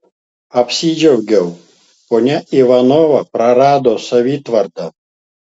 apsidžiaugiau ponia ivanova prarado savitvardą